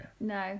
no